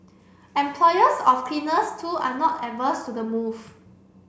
employers of cleaners too are not averse to the move